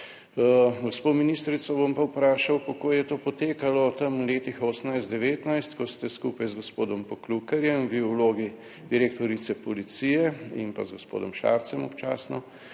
Gospo ministrico bom pa vprašal, kako je to potekalo v tam v letih 2018, 2019, ko ste skupaj z gospodom Poklukarjem, vi v vlogi direktorice policije in pa z gospodom Šarcem, občasno,